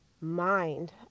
mind